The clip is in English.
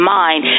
mind